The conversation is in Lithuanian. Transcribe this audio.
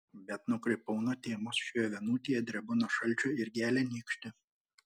bet nukrypau nuo temos šioje vienutėje drebu nuo šalčio ir gelia nykštį